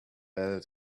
better